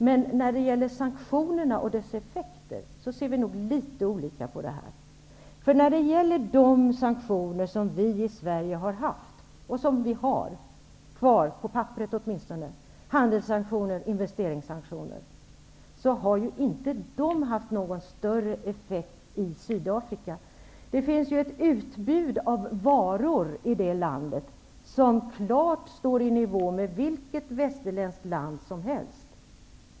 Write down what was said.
Men vi ser nog litet olika på frågan om sanktionerna och deras effekter. De sanktioner -- handelssanktioner och investeringssanktioner -- som vi har haft och har, åtminstone på papperet, har inte haft någon större effekt i Sydafrika. I Sydafrika finns ett utbud av varor som står i nivå med vilket västerländskt land som helst.